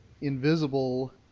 invisible